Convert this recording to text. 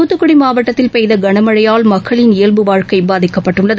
தூத்துக்குடி மாவட்டத்தில் பெய்த கனமழையால் மக்களின் இயல்பு வாழ்க்கை பாதிக்கப்பட்டுள்ளது